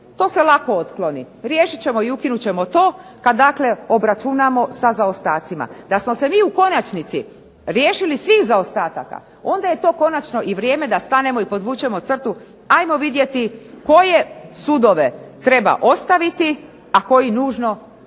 To se lako otkloni. Riješit ćemo i ukinut ćemo to kad dakle obračunamo sa zaostacima. Da smo se mi u konačnici riješili svih zaostataka onda je to konačno i vrijeme da stanemo i podvučemo crtu ajmo vidjeti koje sudove treba ostaviti, a koje nužno treba